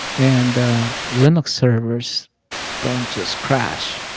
and linux servers don't just crash.